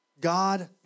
God